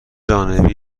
جانبی